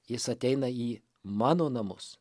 jis ateina į mano namus